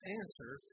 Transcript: answer